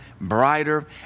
brighter